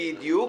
בדיוק.